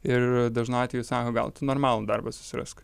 ir dažnu atveju sako gal tu normalų darbą susirask